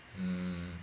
mm